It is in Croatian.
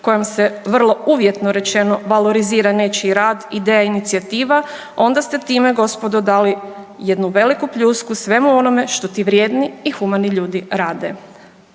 kojom se vrlo uvjetno rečeno valorizira nečiji rad, ideja, inicijativa onda ste time gospodo dali jednu veliku pljusku svemu onome što ti vrijedni i humani ljudi rade.